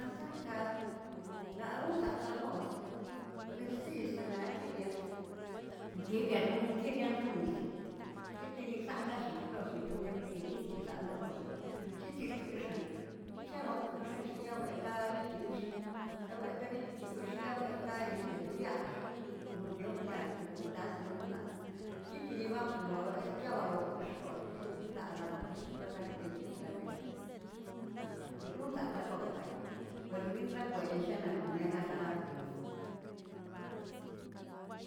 Zakaꞌa naruꞌu zaka rroz, presisə nakeꞌn bian kibiarun kibiarun nisə, llitinisaꞌldallit ch'pno llit chonen freir lliti zaldaꞌdozlon llitizkix̱an chincharon keꞌx̱e'n chiyaa wetaꞌ bitiꞌu'ush, la wetaꞌa bitiush ya weꞌta'a este to yaax, tutyop yaax segunta konzakan zitini babsolo es que awelox kix rroz chiti kzaꞌala loke chichibakaleꞌiben chichibekayayen, según zakaꞌa rroz bayꞌ peruinrakwe disshannaꞌ roneꞌ gazarabuenni.